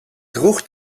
droeg